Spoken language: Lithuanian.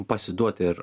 pasiduoti ir